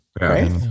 Right